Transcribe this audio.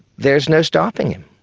there's no stopping him.